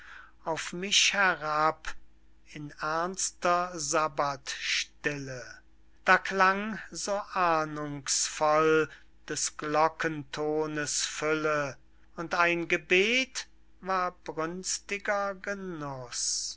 auf mich herab in ernster sabathstille da klang so ahndungsvoll des glockentones fülle und ein gebet war brünstiger genuß